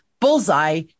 Bullseye